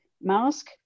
mask